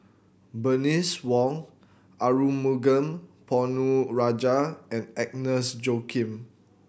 Bernice Wong Arumugam Ponnu Rajah and Agnes Joaquim